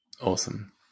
Awesome